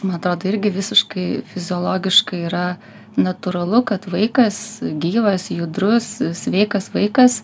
man atrodo irgi visiškai fiziologiškai yra natūralu kad vaikas gyvas judrus sveikas vaikas